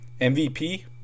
mvp